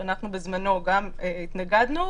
שאנחנו בזמנו גם התנגדנו,